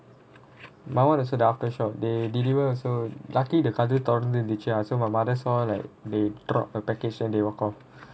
my [one] also the AFTERSHOCK they deliver also lucky the கதவு தொறந்து இருந்துச்சா:kathavu thoranthu irunthuchaa so my mother saw like they drop a package then they walk off